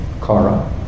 kara